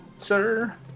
sir